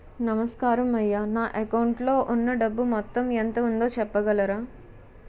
నమస్కారం అయ్యా నా అకౌంట్ లో ఉన్నా డబ్బు మొత్తం ఎంత ఉందో చెప్పగలరా?